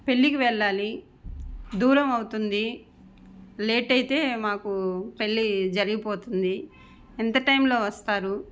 పెళ్ళికి వెళ్ళాలి దూరం అవుతుంది లేట్ అయితే మాకు పెళ్ళి జరిగిపోతుంది ఎంత టైంలో వస్తారు